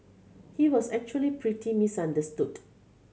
he was actually pretty misunderstood